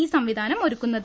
ഈ സംവിധാനം ഒരുക്കുന്നത്